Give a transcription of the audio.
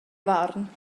farn